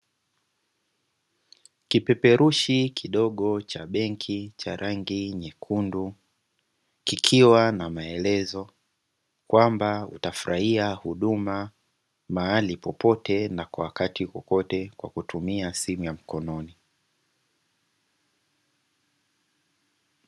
Kipeperushi kidogo cha benki chenye rangi nyekundu kikiwa na maelezo kwamba utafurahia huduma mahali popote na kwa wakati wowote kwa kutumia simu ya mkononi.